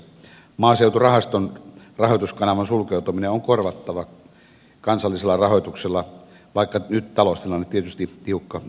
maaseuturahaston rahoituskanavan sulkeutuminen on korvattava kansallisella rahoituksella vaikka nyt taloustilanne tietysti tiukka onkin